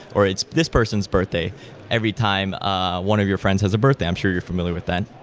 or it's this person's birthday every time ah one of your friends has a birthday. i'm sure you're familiar with that.